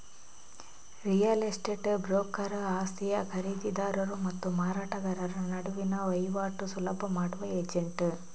real estate broker ಆಸ್ತಿಯ ಖರೀದಿದಾರರು ಮತ್ತು ಮಾರಾಟಗಾರರ ನಡುವಿನ ವೈವಾಟು ಸುಲಭ ಮಾಡುವ ಏಜೆಂಟ್